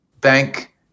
bank